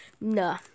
Nah